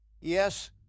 Yes